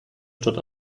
stadt